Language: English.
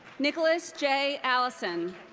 nicholas j. allison.